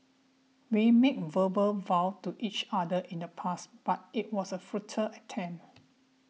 we made verbal vows to each other in the past but it was a futile attempt